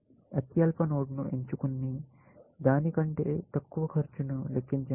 అత్యల్ప నోడ్ను ఎంచుకుని దాని కంటే తక్కువ ఖర్చును లెక్కించండి